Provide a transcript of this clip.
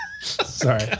Sorry